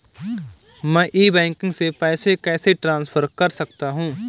मैं e banking से पैसे कैसे ट्रांसफर कर सकता हूं?